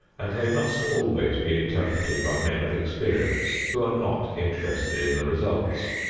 and they must always be interpreted by men of experience who are not interested in the results.